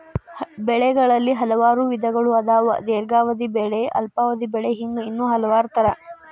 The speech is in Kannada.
ಬೆಳೆಗಳಲ್ಲಿ ಹಲವಾರು ವಿಧಗಳು ಅದಾವ ದೇರ್ಘಾವಧಿ ಬೆಳೆ ಅಲ್ಪಾವಧಿ ಬೆಳೆ ಹಿಂಗ ಇನ್ನೂ ಹಲವಾರ ತರಾ